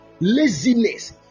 laziness